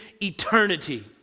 eternity